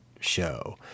show